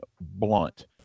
blunt